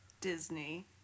Disney